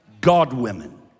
God-women